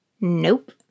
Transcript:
Nope